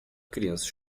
crianças